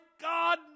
God